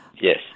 Yes